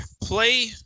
play